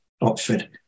Oxford